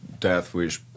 Deathwish